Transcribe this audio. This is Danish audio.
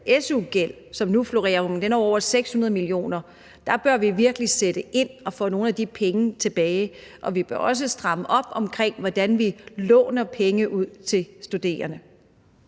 su-gæld, som nu florerer, og den er over 600 mio. kr. Der bør vi virkelig sætte ind og få nogle af de penge tilbage, og vi bør også stramme op omkring, hvordan vi låner penge ud til studerende.